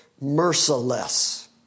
merciless